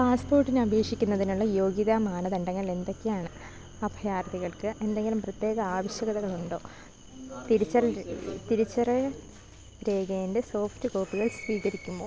പാസ്സ്പോർട്ടിന് അപേക്ഷിക്കുന്നതിനുള്ള യോഗ്യതാ മാനദണ്ഡങ്ങൾ എന്തൊക്കെയാണ് അഭയാർത്ഥികൾക്ക് എന്തെങ്കിലും പ്രത്യേക ആവശ്യകതകളുണ്ടോ തിരിച്ചറിയൽ തിരിച്ചറിയൽ രേഖയിൻ്റെ സോഫ്റ്റ് കോപ്പികൾ സ്വീകരിക്കുമോ